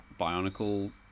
Bionicle